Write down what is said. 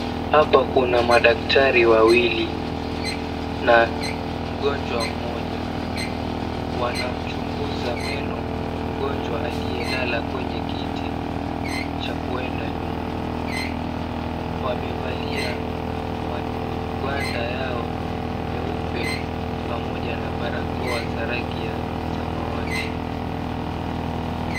Hapa kuna madaktari wawili na mgonjwa mmoja . Wanamchunguza meno mgonjwa aliyelala kwenye kiti cha kuenda nyuma. Wamevalia magwanda yao meupe pamoja na barakoa za rangi ya samawati.